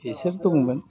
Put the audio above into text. बिसोर दंमोन